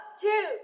two